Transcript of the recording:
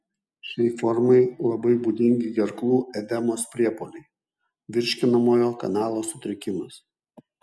šiai formai labai būdingi gerklų edemos priepuoliai virškinamojo kanalo sutrikimas